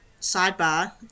sidebar